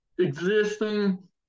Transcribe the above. existing